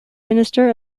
minister